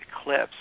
eclipse